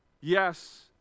Yes